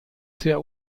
sehr